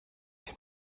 den